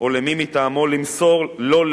או למי מטעמו למסור לו,